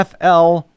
FL